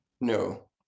no